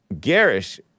Garish